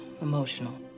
emotional